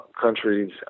countries